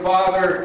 Father